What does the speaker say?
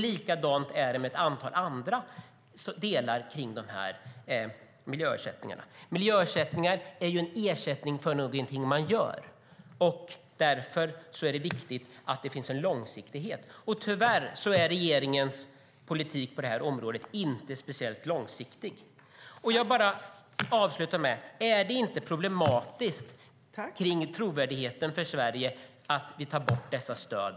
Likadant är det med ett antal andra miljöersättningar. Eftersom miljöersättningar utgår för någonting som man gör är det viktigt att det finns en långsiktighet. Tyvärr är regeringens politik på det här området inte speciellt långsiktig. Jag vill avsluta med frågan: Är det inte problematiskt för trovärdigheten för Sverige att man nu tar bort dessa stöd?